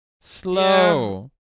Slow